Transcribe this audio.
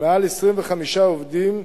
מעל 25עובדים,